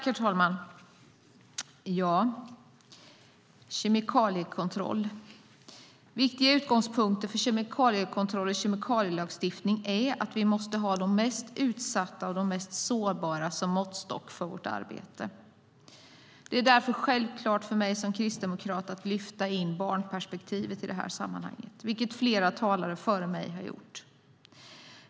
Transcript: Herr talman! En viktig utgångspunkt för kemikaliekontroll och kemikalielagstiftning är att vi måste ha de mest utsatta och de mest sårbara som måttstock för vårt arbete. Därför är det för mig som kristdemokrat självklart att lyfta in barnperspektivet i sammanhanget, vilket flera talare här före mig har gjort.